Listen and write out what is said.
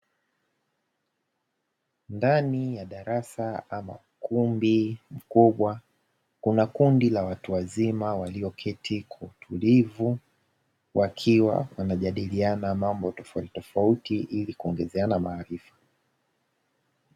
Ndani ya darasa ama kumbi kubwa, kuna kundi la watu wazima walioketi kwa utulivu, wakiwa wanajadiliana mambo tofautitofauti, ili kuongezeana maarifa